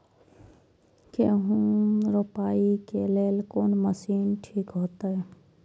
गेहूं रोपाई के लेल कोन मशीन ठीक होते?